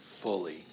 Fully